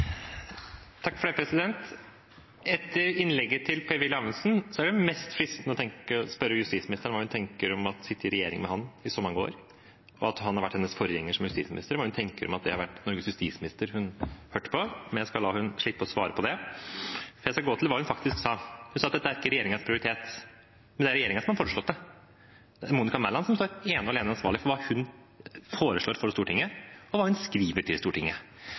til å spørre justisministeren hva hun tenker om at han har sittet i regjering i så mange år, og at han har vært hennes forgjenger som Norges justisminister – hva hun tenker om at det var den forrige justisministeren hun hørte – men jeg skal la henne slippe å svare på det. Jeg skal gå til hva hun faktisk sa. Hun sa at dette ikke er regjeringens prioritet. Men det er regjeringen som har foreslått det. Monica Mæland står ene og alene ansvarlig for hva hun foreslår for Stortinget, og hva hun skriver til Stortinget.